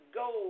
go